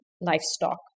livestock